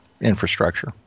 infrastructure